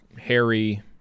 Harry